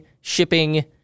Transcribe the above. shipping